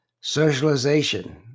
Socialization